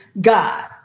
God